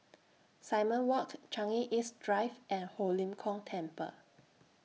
Simon Walk Changi East Drive and Ho Lim Kong Temple